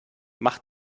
mach